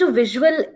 visual